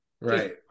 Right